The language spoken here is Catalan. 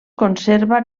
conserva